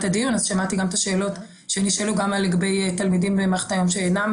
הדיון אז שמעתי גם את השאלות שנשאלו גם לגבי תלמידים במערכת היום שאינם